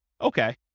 Okay